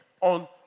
on